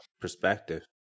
Perspective